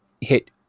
hit